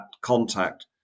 contact